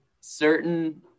certain